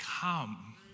come